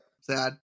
Sad